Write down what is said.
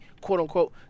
quote-unquote